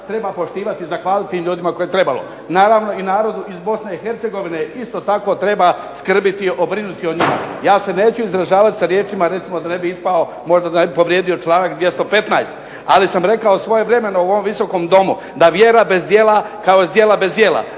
treba poštivati i zahvaliti tim ljudima koje …/Govornik udaljen od mikrofona, ne razumije se./… Naravno i narodu iz Bosne i Hercegovine isto tako treba skrbiti, brinuti o njima. Ja se neću izražavati sa riječima recimo da ne bi ispao, možda da ne bi povrijedio članak 215., ali sam rekao svojevremeno u ovom Visokom domu da vjera bez djela, kao zdjela bez jela.